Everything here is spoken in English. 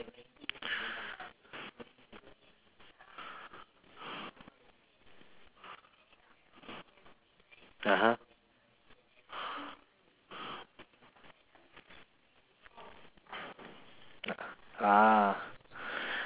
(uh huh) ah